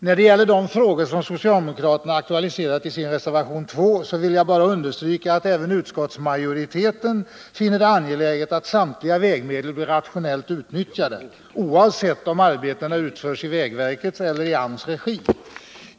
När det gäller de frågor som socialdemokraterna aktualiserat i reservation 2 vill jag bara understryka att även utskottsmajoriteten finner det angeläget att vägmedlen blir rationellt utnyttjade, oavsett om arbetena utförs i vägverkets eller AMS regi.